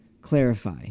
clarify